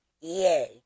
Yay